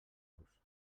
los